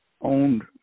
owned